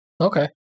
Okay